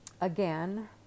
again